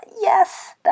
yes